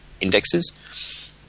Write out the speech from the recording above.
indexes